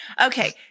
Okay